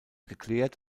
geklärt